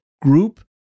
group